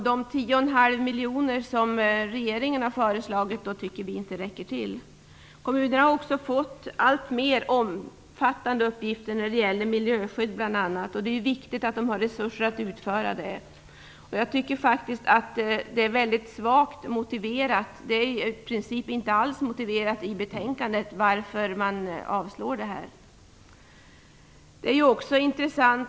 De 10 1⁄2 miljoner som regeringen har föreslagit tycker vi inte räcker till. Kommunerna har också fått alltmer omfattande uppgifter när det gäller bl.a. miljöskydd. Det är viktigt att de har resurser att utföra det arbetet. Jag tycker faktiskt att det är mycket svagt motiverat, det är i princip inte alls motiverat i betänkandet varför man avstyrker detta förslag.